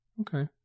Okay